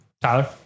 Tyler